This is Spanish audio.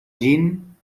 jin